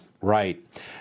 Right